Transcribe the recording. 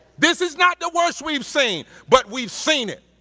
this is not the worst we've seen, but we've seen it